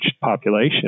population